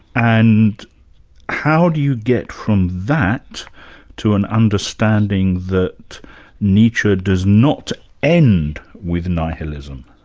and how do you get from that to an understanding that nietzsche does not end with nihilism.